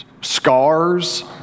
scars